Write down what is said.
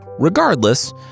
Regardless